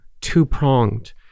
two-pronged